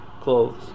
clothes